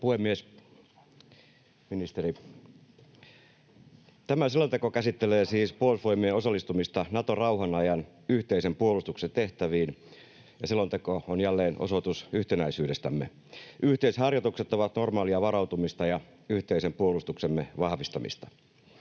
puhemies ja ministeri! Tämä selonteko käsittelee siis Puolustusvoimien osallistumista Naton rauhanajan yhteisen puolustuksen tehtäviin, ja selonteko on jälleen osoitus yhtenäisyydestämme. Yhteisharjoitukset ovat normaalia varautumista ja yhteisen puolustuksemme vahvistamista.